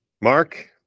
Mark